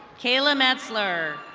kayla mantzler.